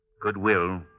Goodwill